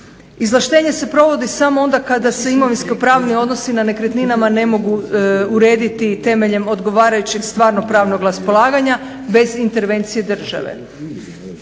Izvlaštenje se provodi samo onda kada se imovinsko-pravni odnosi na nekretninama ne mogu urediti temeljem odgovarajućeg stvarno-pravnog raspolaganja bez intervencije države.